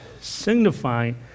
signifying